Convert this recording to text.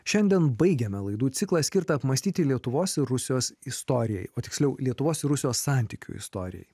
šiandien baigiame laidų ciklą skirtą apmąstyti lietuvos ir rusijos istorijai o tiksliau lietuvos rusijos santykių istorijai